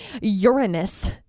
Uranus